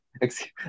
excuse